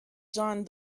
john